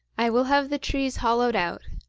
i will have the trees hollowed out,